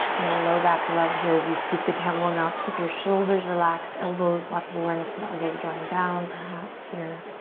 little low back love here as you scoop the tailbone up. keep your shoulders relaxed, elbows. lots of awareness and the elbows drawing down perhaps here.